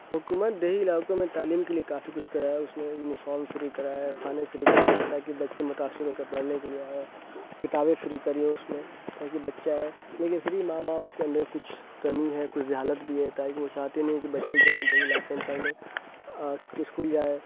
حکومت دیہی علاقوں میں تعلیم کے لیے کافی کچھ کرایا ہے اس نے یونیفام فری کرایا ہے کھانے فری کرے ہیں تاکہ بچے متاثر ہو کے پڑھنے کے لیے آئیں کتابیں فری کری ہیں اس نے تاکہ بچے آئیں لیکن پھر بھی ماں باپ کے اندر کچھ کمی ہے کچھ جہالت بھی ہے تاکہ وہ چاہتے نہیں کہ بچے جائیں دیہی علاقے میں پڑھنے اسکول جائیں